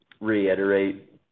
reiterate